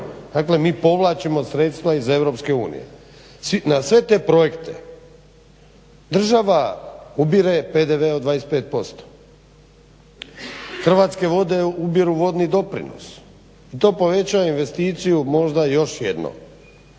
dakle mi povlačimo sredstva iz EU. Na sve te projekte država ubire PDV od 25%, Hrvatske vode ubiru vodni doprinos i to povećava investiciju možda još jednom